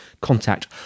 contact